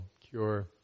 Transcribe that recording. cure